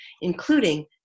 including